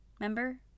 Remember